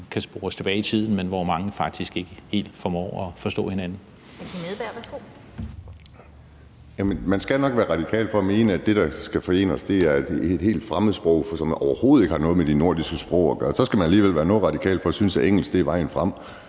Hr. Kim Edberg Andersen, værsgo. Kl. 18:22 Kim Edberg Andersen (NB): Man skal nok være radikal for at mene, at det, der skal forene os, er et helt fremmed sprog, som overhovedet ikke har noget med de nordiske sprog at gøre. Så skal man alligevel være noget radikal for at synes, at engelsk er vejen frem.